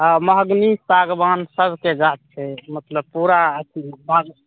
आ महगनी सागवान सबके गाछ छै मतलब पूरा अथी बाग